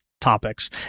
topics